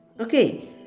Okay